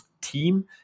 team